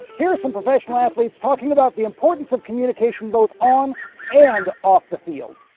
here are some professional athletes talking about the importance of communication, both on and off the field.